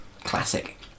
Classic